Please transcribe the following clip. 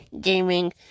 Gaming